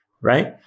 right